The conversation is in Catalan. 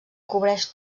cobreix